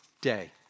day